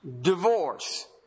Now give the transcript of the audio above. Divorce